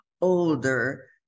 older